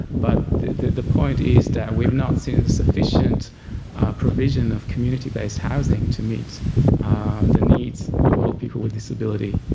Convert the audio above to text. but the point is that we've not seen sufficient provision of community-based housing to meet the needs of all people with disability.